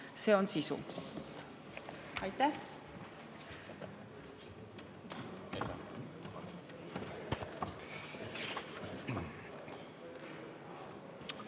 See on sisu.